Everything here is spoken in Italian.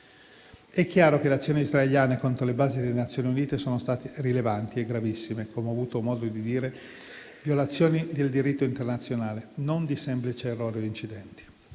È chiaro che le azioni israeliane contro le basi delle Nazioni Unite sono state rilevanti e gravissime, come ho avuto modo di dire, violazioni del diritto internazionale e non semplici errori o incidenti.